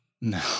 No